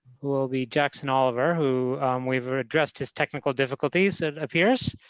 who will be jackson oliver, who we've addressed his technical difficulties, it appears.